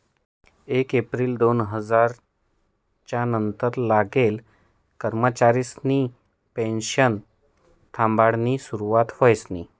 येक येप्रिल दोन हजार च्यार नंतर लागेल कर्मचारिसनी पेनशन थांबाडानी सुरुवात व्हयनी